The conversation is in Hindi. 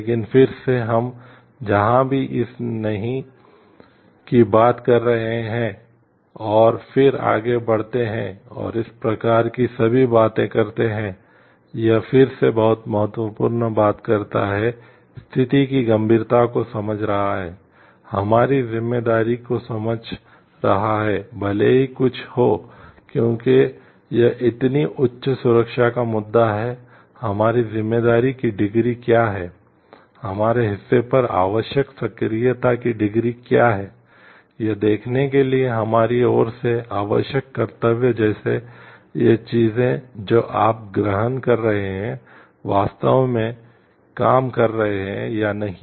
लेकिन फिर से हम जहाँ भी इस नहीं नहीं की बात कर रहे हैं और फिर आगे बढ़ते हैं और इस प्रकार की सभी बातें करते हैं यह फिर से बहुत महत्वपूर्ण बात करता है स्थिति की गंभीरता को समझ रहा है हमारी जिम्मेदारी को समझ रहा है भले ही कुछ हो क्योंकि यह इतनी उच्च सुरक्षा का मुद्दा है हमारी जिम्मेदारी की डिग्री क्या है यह देखने के लिए हमारी ओर से आवश्यक कर्तव्य जैसे ये चीजें जो आप ग्रहण कर रहे हैं वास्तव में काम कर रहे हैं या नहीं